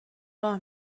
راه